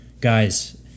guys